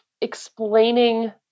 explaining